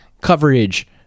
coverage